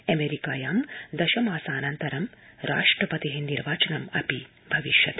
अमेरिकायां दश मासानन्तरं राष्ट्रपति निर्वाचनं भविष्यति